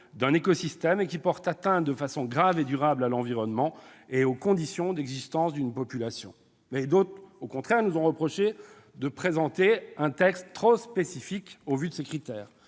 d'un écosystème et qui porte atteinte de façon grave et durable à l'environnement et aux conditions d'existence d'une population. D'autres, au contraire, nous ont reproché de présenter un texte trop spécifique au vu de ces critères.